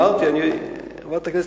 אמרתי, חברת הכנסת.